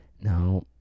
Now